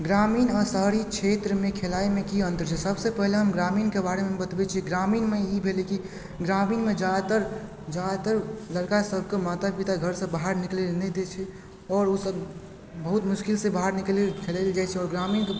ग्रामीण आ शहरी क्षेत्रमे खेलाइमे की अंतर छै सभसे पहिले हम ग्रामीणके बारेमे बतबय छी ग्रामीणमे ई भेलय की ग्रामीणमे जादातर जादातर लड़कासभके माता पिता घरसँ बाहर निकलय लऽ नहि दए छै आओर ओसभ बहुत मुश्किलसँ बाहर निकलिके खेलाइलऽ जाइत छै आओर ग्रामीण